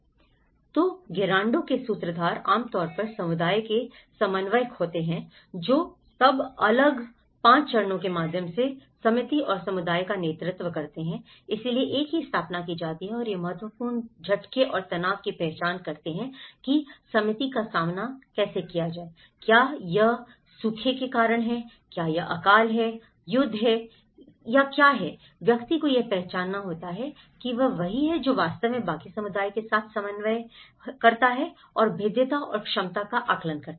इसलिए गेरांडो के सूत्रधार आमतौर पर समुदाय के समन्वयक होते हैं जो तब अगले 5 चरणों के माध्यम से समिति और समुदाय का नेतृत्व करते हैं इसलिए एक की स्थापना की जाती है और यह महत्वपूर्ण झटके और तनाव की पहचान करता है कि समिति का सामना होता है क्या यह सूखे के कारण है क्या यह अकाल है यह युद्ध है क्या ऐसा है व्यक्ति को यह पहचानना होता है कि वह वही है जो वास्तव में बाकी समुदाय के साथ समन्वय करता है और भेद्यता और क्षमता का आकलन करता है